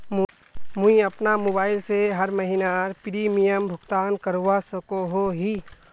मुई अपना मोबाईल से हर महीनार प्रीमियम भुगतान करवा सकोहो ही?